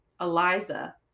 Eliza